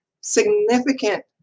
significant